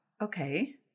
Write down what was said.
Okay